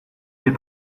des